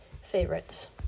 favorites